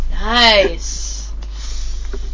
nice